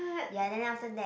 ya then after that